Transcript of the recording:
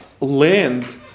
land